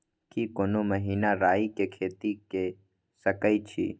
की कोनो महिना राई के खेती के सकैछी?